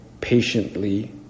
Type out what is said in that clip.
patiently